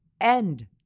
End